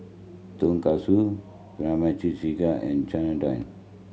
Tonkatsu Kimchi Jjigae and Chana Dal